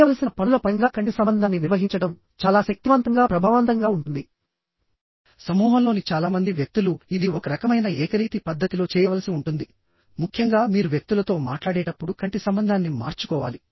చేయవలసిన పనుల పరంగా కంటి సంబంధాన్ని నిర్వహించడం చాలా శక్తివంతంగా ప్రభావవంతంగా ఉంటుంది సమూహంలోని చాలా మంది వ్యక్తులు ఇది ఒక రకమైన ఏకరీతి పద్ధతిలో చేయవలసి ఉంటుంది ముఖ్యంగా మీరు వ్యక్తులతో మాట్లాడేటప్పుడు కంటి సంబంధాన్ని మార్చుకోవాలి